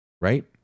Right